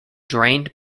drained